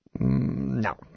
No